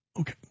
Okay